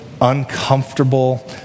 uncomfortable